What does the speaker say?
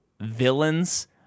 villain's